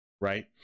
right